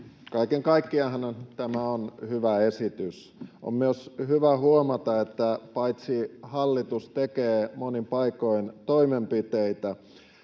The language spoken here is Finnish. Kaiken kaikkiaanhan tämä on hyvä esitys. On myös hyvä huomata, että hallitus tekee paitsi monin paikoin toimenpiteitä,